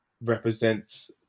represents